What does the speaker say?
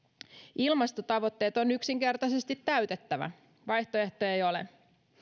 ilmastotavoitteet on yksinkertaisesti täytettävä vaihtoehtoja ei ole